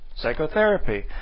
psychotherapy